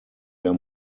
der